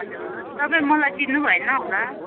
हजुर तपाईँ मलाई चिन्नु भएन होला